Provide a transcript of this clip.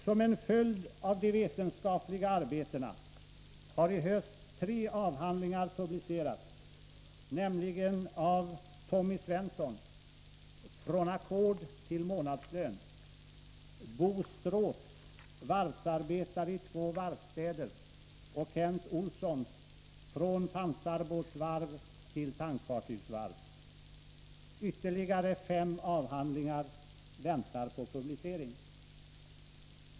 Som en följd av de vetenskapliga arbetena har i höst tre avhandlingar publicerats, nämligen Thommy Svenssons ”Från ackord till månadslön”, Bo Stråths ”Varvsarbetare i två varvsstäder” och Kent Olssons ”Från pansarbåtsvarv till tankfartygsvarv”. Ytterligare fem avhandlingar väntar på publicering.